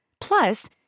Plus